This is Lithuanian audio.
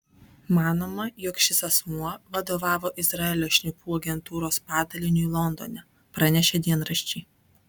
manoma jog šis asmuo vadovavo izraelio šnipų agentūros padaliniui londone pranešė dienraščiai